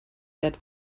that